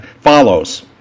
follows